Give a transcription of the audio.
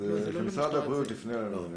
אז שמשרד הבריאות יפנה אלינו.